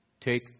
Take